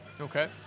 Okay